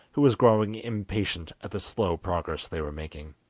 who was growing impatient at the slow progress they were making.